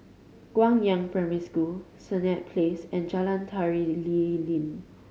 Guangyang Primary School Senett Place and Jalan Tari Lilin